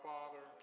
Father